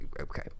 okay